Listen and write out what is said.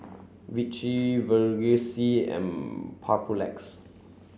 Vichy Vagisil and Papulex